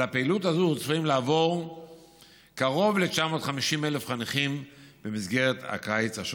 בפעילות זו צפויים לעבור 932,000 חניכים במסגרות הקיץ השונות.